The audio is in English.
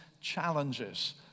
challenges